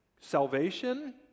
Salvation